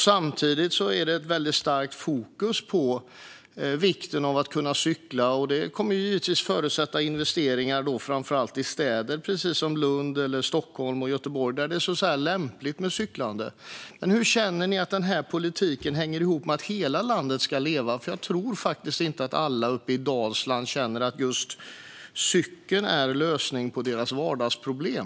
Samtidigt är det ett starkt fokus på vikten av att kunna cykla. Det kommer givetvis att förutsätta investeringar framför allt i städer som Lund, Stockholm eller Göteborg, där det är lämpligt med cyklande. Men hur känner ni att denna politik hänger ihop med att hela landet ska leva? Jag tror faktiskt inte att alla uppe i Dalsland känner att just cykeln är lösningen på deras vardagsproblem.